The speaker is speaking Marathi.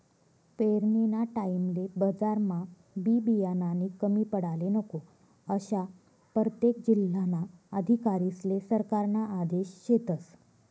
पेरनीना टाईमले बजारमा बी बियानानी कमी पडाले नको, आशा परतेक जिल्हाना अधिकारीस्ले सरकारना आदेश शेतस